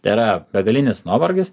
tai yra begalinis nuovargis